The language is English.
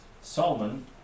Solomon